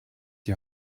die